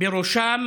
ובראשם